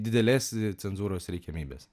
didelės cenzūros reikiamybės